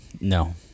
No